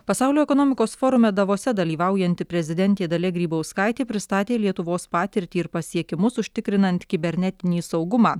pasaulio ekonomikos forume davose dalyvaujanti prezidentė dalia grybauskaitė pristatė lietuvos patirtį ir pasiekimus užtikrinant kibernetinį saugumą